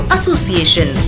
Association